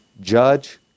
judge